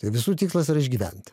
tai visų tikslas yra išgyventi